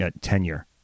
tenure